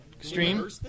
Extreme